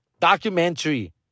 documentary